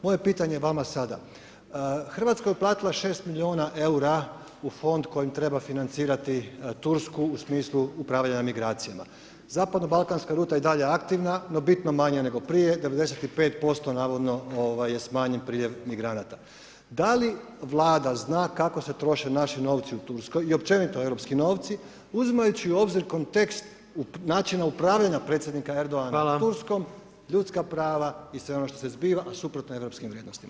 Moje pitanje vama sada, Hrvatska je uplatila 6 milijuna EUR-a u Fond kojim treba financirati Tursku u smislu upravljanja imigracijama, zapadno balkanska ruta je i dalje aktivna, no bitno manje nego prije, 95% navodno je smanjen priljev migranata, da li Vlada zna kako se troše naši novce u Turskoj, i općenito europski novci, uzimajući u obzir kontekst načina upravljanja Predsjednika Erdogana Turskom, ljudska prava i sve ono što se zbiva a suprotno je europskim vrijednostima.